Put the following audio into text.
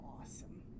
awesome